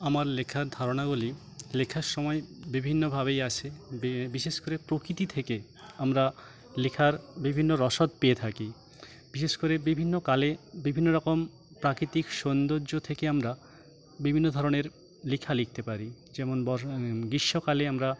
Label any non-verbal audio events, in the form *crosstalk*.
আমার লেখার ধারণাগুলি লেখার সময় বিভিন্নভাবেই আসে বিশেষ করে প্রকৃতি থেকে আমরা লেখার বিভিন্ন রসদ পেয়ে থাকি বিশেষ করে বিভিন্ন কালে বিভিন্ন রকম প্রাকৃতিক সৌন্দর্য থেকে আমরা বিভিন্ন ধরনের লেখা লিখতে পারি যেমন *unintelligible* গ্রীষ্মকালে আমরা